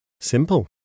Simple